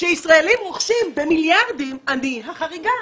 כאשר ישראלים רוכשים במיליארדים, אני החריגה.